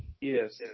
Yes